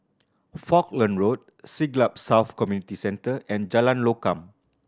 Falkland Road Siglap South Community Centre and Jalan Lokam